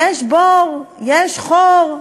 יש בור, יש חור,